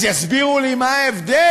אז יסבירו לי מה ההבדל,